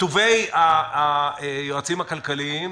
וטובי היועצים הכלכליים,